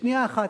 לשנייה אחת,